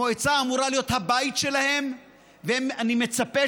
המועצה אמורה להיות הבית שלהם ואני מצפה